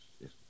yes